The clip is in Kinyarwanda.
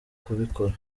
kubikora